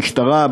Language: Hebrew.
משטרה,